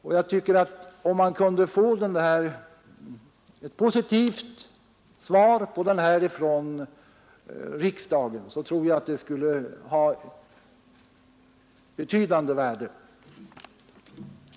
Om man kunde få ett positivt gensvar på den ifrån riksdagen tror jag att det skulle ha betydande värde.